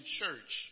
church